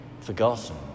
forgotten